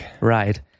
Right